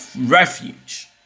refuge